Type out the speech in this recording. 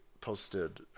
posted